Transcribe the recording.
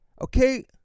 Okay